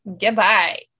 Goodbye